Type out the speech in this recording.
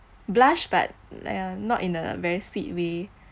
blush but ya not in a very sweet way